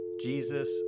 Jesus